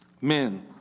men